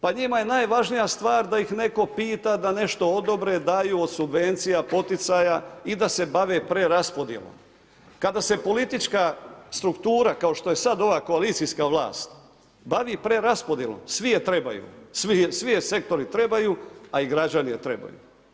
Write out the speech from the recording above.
Pa njima je najvažnija stvar da ih netko pita, da nešto odobre, daju od subvencija poticaja i da se bave preraspodjelom kada se politička struktura kao što je sad ova koalicijska vlast bavi preraspodjelom svi je trebaju, svi je sektori trebaju, a i građani je trebaju.